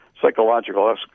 psychological